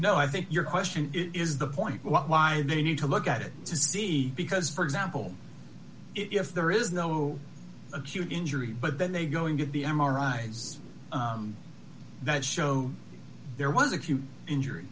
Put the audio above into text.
no i think your question is the point they need to look at it to see because for example if there is no acute injury but then they go and get the m r i that show there was a few injur